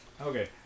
okay